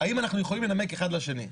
האם אנחנו יכולים לנמק אחד לשני?